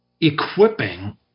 equipping